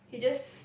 he just